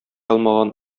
алмаган